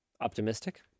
Optimistic